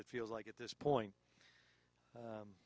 it feels like at this point